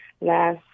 last